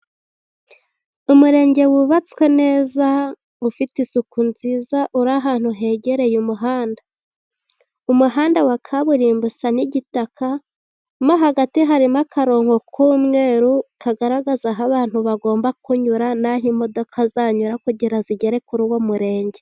Umurenge wubatswe neza ufite isuku nziza, uri ahantu hegereye umuhanda, umuhanda wa kaburimbo usa n'igitaka, mo hagati harimo akarongo k'umweru kagaragaza aho abantu bagomba kunyura, n'aho imodoka zanyura kugira zigere kuri uwo murenge.